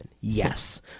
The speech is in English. Yes